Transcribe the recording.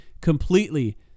completely